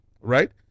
right